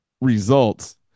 results